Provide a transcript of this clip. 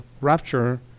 rapture